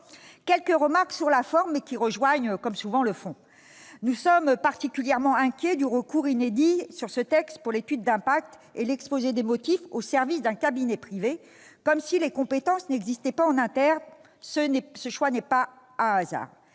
quelques remarques sur la forme- comme souvent, elles rejoignent le fond. Nous sommes particulièrement inquiets du recours inédit sur ce texte, pour l'étude d'impact et l'exposé des motifs, aux services d'un cabinet privé, comme si les compétences n'existaient pas en interne. Ce choix n'est pas un hasard.